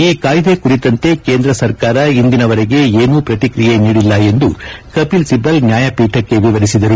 ಈ ಕಾಯ್ದೆ ಕುರಿತಂತೆ ಕೇಂದ್ರ ಸರ್ಕಾರ ಇಂದಿನವರೆಗೆ ಏನೂ ಪ್ರತಿಕ್ರಿಯೆ ನೀಡಿಲ್ಲ ಎಂದು ಕಪಿಲ್ ಸಿಬಲ್ ನ್ಯಾಯಪೀಠಕ್ಕೆ ವಿವರಿಸಿದರು